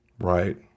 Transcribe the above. Right